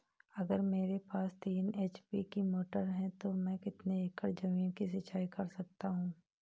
अगर मेरे पास तीन एच.पी की मोटर है तो मैं कितने एकड़ ज़मीन की सिंचाई कर सकता हूँ?